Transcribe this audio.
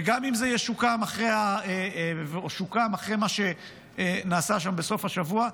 וגם אם זה שוקם אחרי מה שנעשה שם בסוף השבוע,